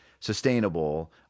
sustainable